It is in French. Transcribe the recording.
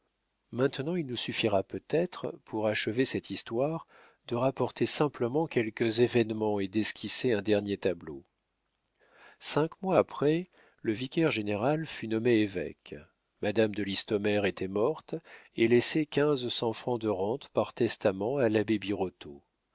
maintenant il nous suffira peut-être pour achever cette histoire de rapporter simplement quelques événements et d'esquisser un dernier tableau cinq mois après le vicaire-général fut nommé évêque madame de listomère était morte et laissait quinze cents francs de rente par testament à l'abbé